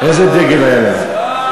איזה דגל היה לה?